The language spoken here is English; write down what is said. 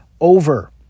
over